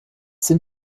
sind